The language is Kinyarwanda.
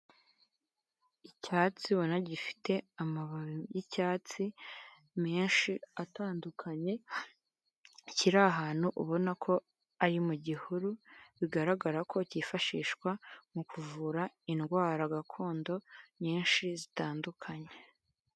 Icyatsi ubona gifite amababi y'icyatsi menshi atandukanye, kiri ahantu ubona ko ari mu gihuru, bigaragara ko cyifashishwa mu kuvura indwara gakondo nyinshi zitandukanye.